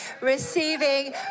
receiving